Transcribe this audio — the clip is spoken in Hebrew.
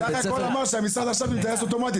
הוא בסך הכול אמר שהמשרד עכשיו עם טייס אוטומטי.